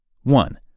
One